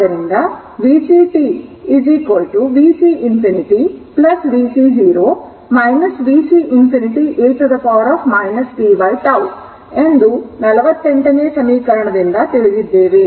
ಆದ್ದರಿಂದ vc t vc infinity vc 0 vc infinity e t tτ ಎಂದು 48 ಸಮೀಕರಣದಿಂದ ತಿಳಿದಿದ್ದೇವೆ